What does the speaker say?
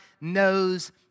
knows